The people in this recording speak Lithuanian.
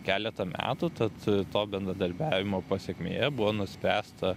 keletą metų tad to bendradarbiavimo pasekmė buvo nuspręsta